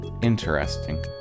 interesting